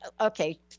okay